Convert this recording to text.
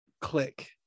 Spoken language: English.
click